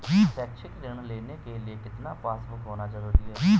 शैक्षिक ऋण लेने के लिए कितना पासबुक होना जरूरी है?